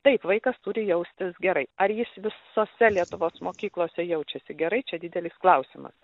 taip vaikas turi jaustis gerai ar jis visose lietuvos mokyklose jaučiasi gerai čia didelis klausimas